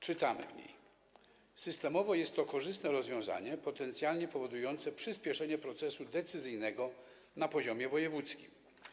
Czytamy w niej: Systemowo jest to korzystne rozwiązanie potencjalnie powodujące przyspieszenie procesu decyzyjnego na poziomie wojewódzkim.